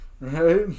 right